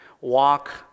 walk